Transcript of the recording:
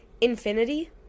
infinity